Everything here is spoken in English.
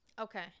okay